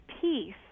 peace